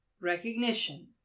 Recognition